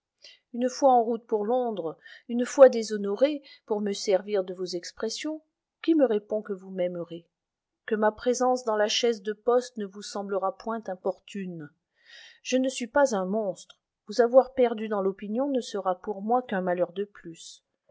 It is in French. une fois en route pour londres une fois déshonorée pour me servir de vos expressions qui me répond que vous m'aimerez que ma présence dans la chaise de poste ne vous semblera point importune je ne suis pas un monstre vous avoir perdue dans l'opinion ne sera pour moi qu'un malheur de plus